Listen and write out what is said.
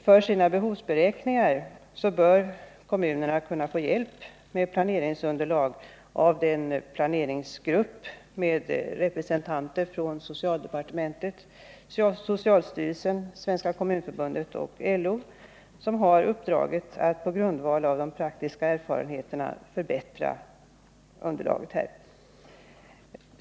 För sina behovsberäkningar bör kommunerna kunna få hjälp med planeringsunderlag av den planeringsgrupp med representanter från socialdepartementet, socialstyrelsen, Kommunförbundet och LO som har uppdraget att på grundval av de praktiska erfarenheterna förbättra underlaget.